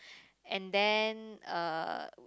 and then uh